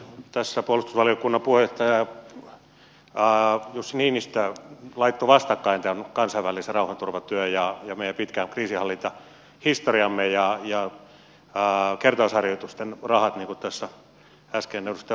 tässä puolustusvaliokunnan puheenjohtaja jussi niinistö laittoi vastakkain tämän kansainvälisen rauhanturvatyön ja meidän pitkän kriisinhallintahistoriamme ja kertausharjoitusten rahat niin kuin tässä äsken edustaja orpokin totesi